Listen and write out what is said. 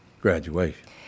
graduation